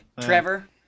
Trevor